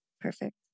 Perfect